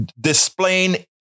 displaying